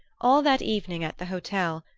all that evening, at the hotel,